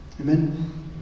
Amen